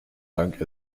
dank